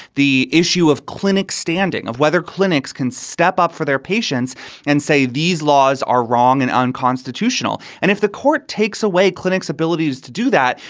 the issue of clinic standing, of whether clinics can step up for their patients and say these laws are wrong and unconstitutional. and if the court takes away clinics abilities to do that,